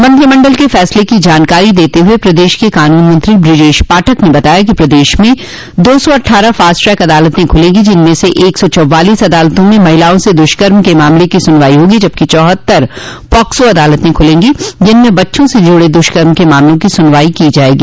मंत्रिमंडल के फैसले की जानकारी देते हुए प्रदेश के कानून मंत्री बृजेश पाठक ने बताया कि प्रदेश में दो सौ अट्ठारह फास्ट ट्रक अदालतें खुलेंगी जिनमें से एक सौ चौवालिस अदालतों में महिलाओं से दुष्कर्म के मामले को सुनवाई होगी जबकि चौहत्तर पाक्सो अदालतें खुलेंगी जिनमें बच्चों से जुड़े दुष्कर्म के मामलों की सुनवाई की जायेगी